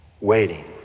waiting